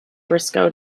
briscoe